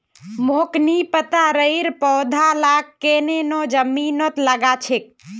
मोक नी पता राइर पौधा लाक केन न जमीनत लगा छेक